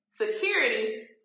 security